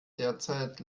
derzeit